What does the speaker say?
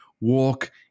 Walk